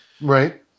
right